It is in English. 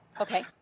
Okay